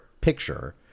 picture